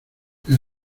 les